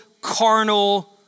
carnal